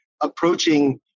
approaching